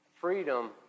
freedom